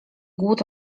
głód